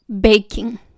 baking